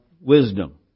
wisdom